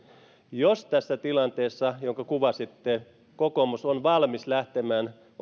jos tässä tilanteessa jonka kuvasitte kokoomus on valmis lähtemään